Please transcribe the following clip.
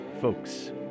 folks